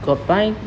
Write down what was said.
got buy